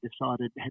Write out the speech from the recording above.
decided